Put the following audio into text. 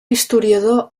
historiador